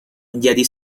menjadi